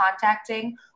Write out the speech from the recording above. contacting